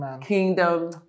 kingdom